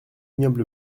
ignoble